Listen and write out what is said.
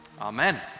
Amen